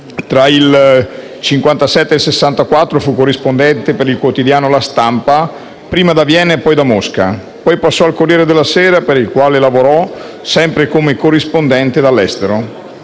Tra il 1957 e il 1964 fu corrispondente per il quotidiano «La Stampa», prima da Vienna e poi da Mosca. Poi passò al «Corriere della Sera» per il quale lavorò, sempre come corrispondente dall'estero,